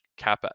CapEx